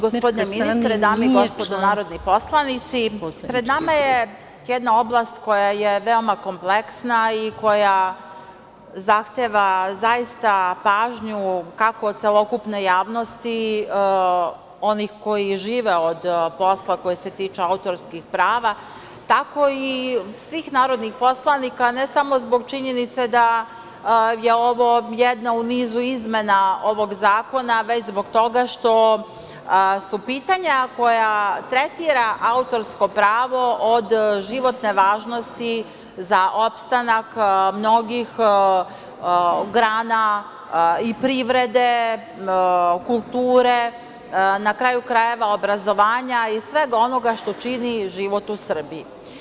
Gospodine ministre, dame i gospodo narodni poslanici, pred nama je jedna oblast koja je veoma kompleksna i koja zahteva zaista pažnju kako celokupne javnosti, onih koji žive od posla koji se tiče autorskih prava, tako i svih narodnih poslanika, ne samo zbog činjenice da je ovo jedna u nizu izmena ovog zakona, već zbog toga što su pitanja koja tretira autorsko pravo od životne važnosti za opstanak mnogih grana i privrede, kulture, na kraju krajeva obrazovanja i svega onoga što čini život u Srbiji.